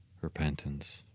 repentance